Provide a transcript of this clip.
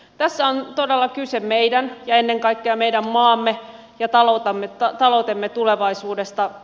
tässä on todella kyse meidän ja ennen kaikkea meidän maamme ja taloutemme tulevaisuudesta